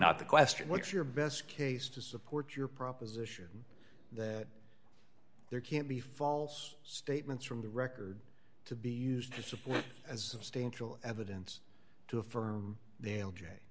not the question what's your best case to support your proposition that there can't be false statements from the record to be used to support as staying cool evidence to affirm